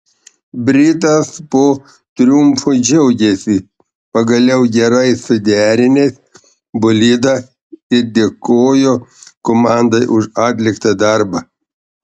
britas po triumfo džiaugėsi pagaliau gerai suderinęs bolidą ir dėkojo komandai už atliktą darbą